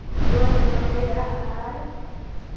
ᱫᱩᱣᱟᱹᱨ ᱞᱮ ᱞᱩᱰᱟᱹᱭᱟ ᱟᱨ